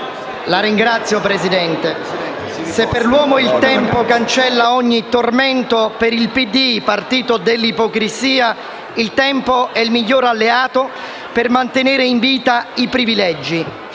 Signor Presidente, se per l'uomo il tempo cancella ogni tormento, per il PD, partito dell'ipocrisia, il tempo è il migliore alleato per mantenere in vita i privilegi.